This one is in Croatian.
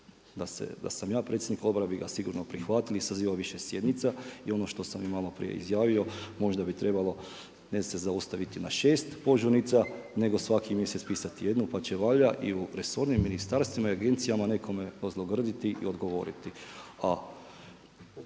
da sam ja predsjednik odbora bi ga sigurno prihvatil i sazival više sjednica. I ono što sam i malo prije izjavio, možda bi trebalo ne se zaustaviti na 6 požurnica, nego svaki mjesec pisati jednu pa će valjda i u resornim ministarstvima i agencijama nekome dozlogrditi i odgovoriti.